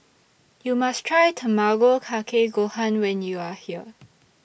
YOU must Try Tamago Kake Gohan when YOU Are here